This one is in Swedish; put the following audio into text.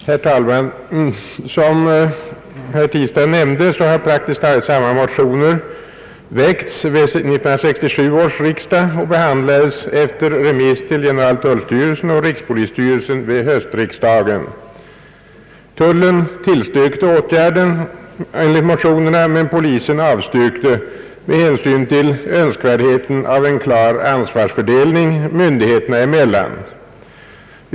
Herr talman! Som herr Tistad nämnde har praktiskt taget samma motioner väckts vid 1967 års riksdag och behandlats efter remiss till generaltullstyrelsen och rikspolisstyrelsen vid höstriksdagen. Tullen tillstyrkte åtgärderna enligt motionerna, men polisen avstyrkte med hänsyn till önskvärdheten av en klar ansvarsfördelning myndigheterna emellan.